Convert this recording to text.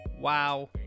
Wow